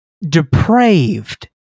depraved